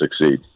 succeed